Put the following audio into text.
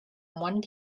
one